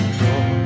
door